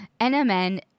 NMN